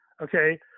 Okay